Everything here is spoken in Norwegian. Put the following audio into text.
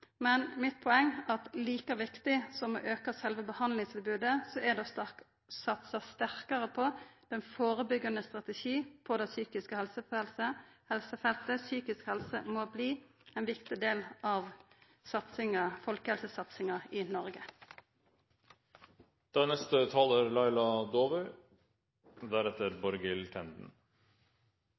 Men mitt poeng er at like viktig som å auka sjølve behandlingstilbodet, er det å satsa sterkare på førebyggjande strategiar på det psykiske helsefeltet. Psykisk helse må bli ein viktig del av folkehelsesatsinga i